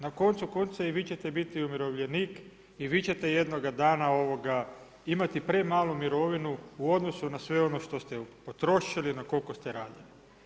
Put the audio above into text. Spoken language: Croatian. Na koncu konca i vi ćete biti umirovljenik i vi ćete jednoga dana imati premalu mirovinu u odnosu na sve ono što ste potrošili, na koliko ste radili.